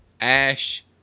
Ash